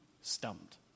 stumped